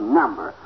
number